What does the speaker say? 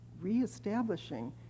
reestablishing